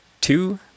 two